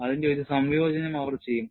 അതിന്റെ ഒരു സംയോജനം അവർ ചെയ്യും